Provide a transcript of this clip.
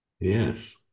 yes